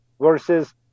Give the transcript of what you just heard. versus